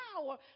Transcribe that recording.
power